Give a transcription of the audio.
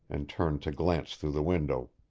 and turned to glance through the window.